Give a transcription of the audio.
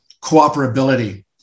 cooperability